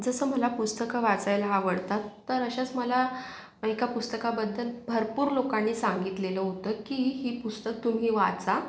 जसं मला पुस्तकं वाचायला आवडतात तर अशाच मला एका पुस्तकाबद्दल भरपूर लोकांनी सांगितलेलं होतं की ही पुस्तक तुम्ही वाचा